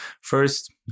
First